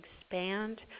expand